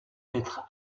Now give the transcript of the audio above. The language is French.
être